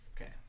okay